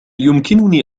يمكنني